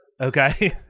Okay